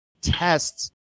tests